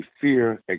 fear